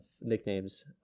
nicknames